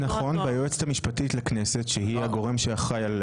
נכון, והיועצת המשפטית לכנסת, שהיא הגורם שאחראי.